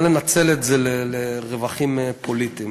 ינצל את זה לרווחים פוליטיים.